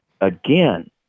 again